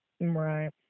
right